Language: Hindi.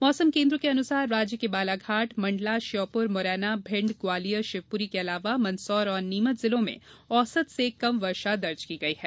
मौसम केंद्र के अनुसार राज्य के बालाघाट मंडला श्योपुर मुरैना भिंड ग्वालियर शिवपुरी के अलावा मंदसौर और नीमच जिलों में औसत से कम वर्षा दर्ज की गयी है